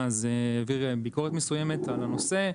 יושב ראש הוועדה העביר ביקורת מסוימת על הנושא,